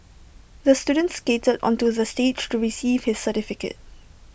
the student skated onto the stage to receive his certificate